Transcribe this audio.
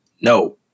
No